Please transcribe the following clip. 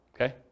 Okay